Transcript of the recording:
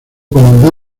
como